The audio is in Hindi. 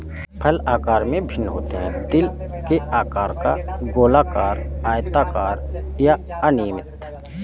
फल आकार में भिन्न होते हैं, दिल के आकार का, गोलाकार, आयताकार या अनियमित